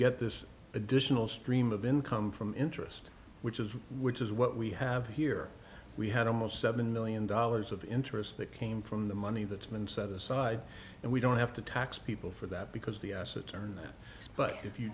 get this additional stream of income from interest which is which is what we have here we had almost seven million dollars of interest that came from the money that's been set aside and we don't have to tax people for that because the assets are but if you